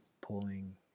pulling